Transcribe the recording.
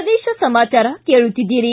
ಪ್ರದೇಶ ಸಮಾಚಾರ ಕೇಳುತ್ತಿದ್ದೀರಿ